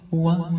one